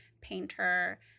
painter